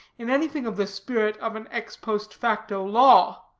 in anything of the spirit of an ex-post-facto law.